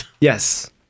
Yes